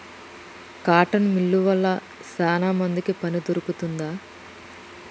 cotton మిల్లువ వల్ల శానా మందికి పని దొరుకుతాంది